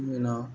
बेनि उनाव